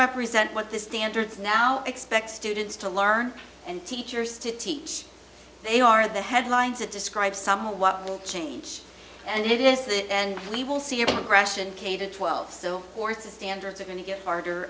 represent what the standards now expect students to learn and teachers to teach they are the headlines it describes somewhat change and it is that and we will see a progression k to twelve so forth standards are going to get harder